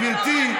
גברתי,